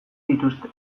dituzte